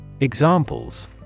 Examples